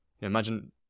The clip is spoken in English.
imagine